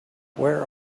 where